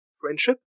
friendship